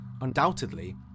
undoubtedly